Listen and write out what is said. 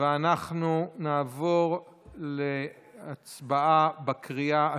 אנחנו נעבור להצבעה בקריאה השלישית,